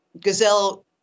gazelle